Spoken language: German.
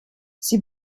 sie